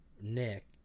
Nick